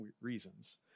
reasons